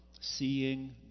seeing